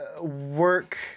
work